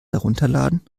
herunterladen